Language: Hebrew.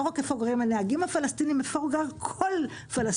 רק איפה גרים הנהגים הפלסטינים אלא איפה גר כל פלסטיני.